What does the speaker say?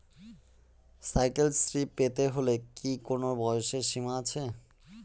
Cycle Shri পেতে হলে কি কোনো বয়সের সীমা আছে?